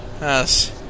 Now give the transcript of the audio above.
Yes